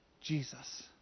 Jesus